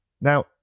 Now